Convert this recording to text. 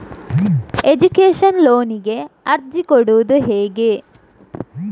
Education ಲೋನಿಗೆ ಅರ್ಜಿ ಕೊಡೂದು ಹೇಗೆ?